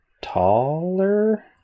taller